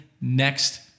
next